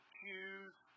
choose